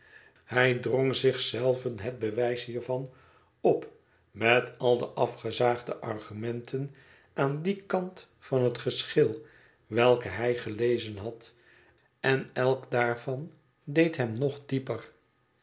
hij drong zich zelven het bewijs hiervan op met al de afgezaagde argumenten aan dien kant van het geschil welke hij gelezen had en elk daarvan deed hem nog dieper